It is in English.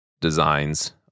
designs